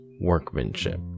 workmanship